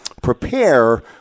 prepare